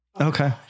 Okay